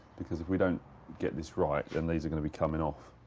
because if we don't get this right, then these are going to be coming off.